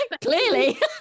Clearly